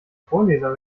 vorleser